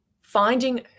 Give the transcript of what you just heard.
finding